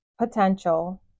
potential